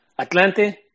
Atlante